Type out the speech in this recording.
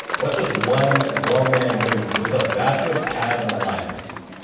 what does one grown man do with a basket of pads and liners?